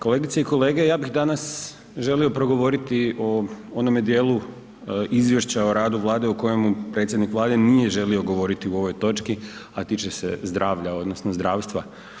Kolegice i kolege ja bih danas želio progovoriti o onome dijelu Izvješća o radu Vlade o kojemu predsjednik Vlade nije želio govoriti u ovoj točki, a tiče se zdravlja odnosno zdravstva.